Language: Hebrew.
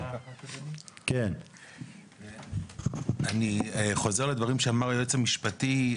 אני חוזר לדברים שאמר היועץ המשפטי,